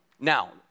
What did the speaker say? Now